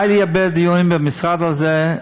היו לי הרבה דיונים במשרד על זה,